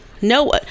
No